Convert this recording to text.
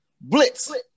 Blitz